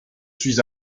suis